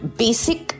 basic